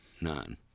none